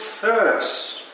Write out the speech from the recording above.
thirst